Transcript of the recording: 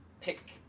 pick